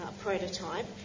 prototype